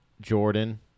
Jordan